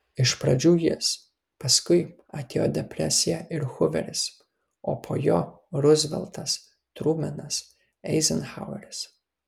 iš pradžių jis paskui atėjo depresija ir huveris o po jo ruzveltas trumenas eizenhaueris